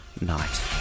night